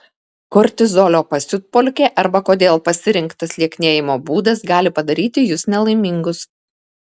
kortizolio pasiutpolkė arba kodėl pasirinktas lieknėjimo būdas gali padaryti jus nelaimingus